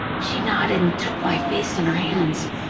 she nodded and took my face in her hands.